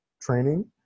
training